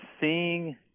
seeing